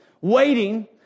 Waiting